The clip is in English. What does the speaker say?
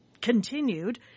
continued